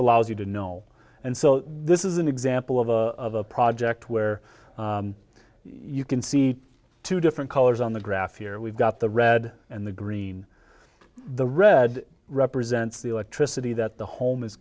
allows you to know and so this is an example of a of a project where you can see two different colors on the graph here we've got the red and the green the red represents the electricity that the home